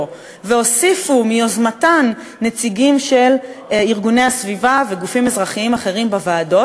והוסיפו מיוזמתן נציגים של ארגוני הסביבה וגופים אזרחיים אחרים בוועדות.